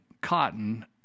Cotton